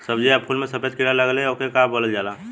सब्ज़ी या फुल में सफेद कीड़ा लगेला ओके का बोलल जाला?